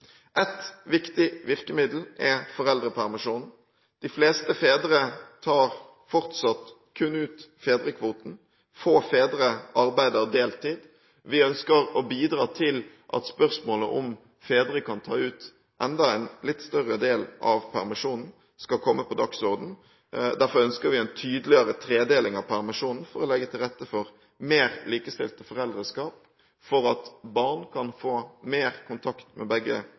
viktig virkemiddel er foreldrepermisjonen. De fleste fedre tar fortsatt kun ut fedrekvoten. Få fedre arbeider deltid. Vi ønsker å bidra til at spørsmålet om hvorvidt fedre kan ta ut enda en litt større del av permisjonen, kan komme på dagsordenen. Derfor ønsker vi en tydeligere tredeling av permisjonen for å legge til rette for mer likestilte foreldreskap, for at barn kan få mer kontakt med begge